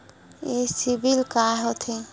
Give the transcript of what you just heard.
ये सीबिल का होथे?